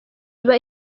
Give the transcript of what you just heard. iba